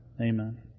Amen